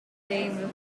dame